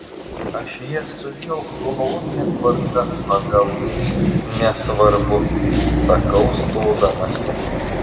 aš jas sudėjau chronologine tvarka pagal nesvarbu sakau stodamasi